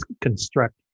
construct